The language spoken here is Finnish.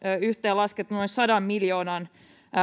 yhteenlaskettuna noin sadan miljoonan